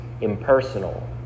impersonal